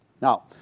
Now